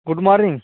good morning